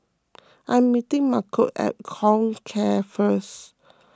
I am meeting Malcom at Comcare first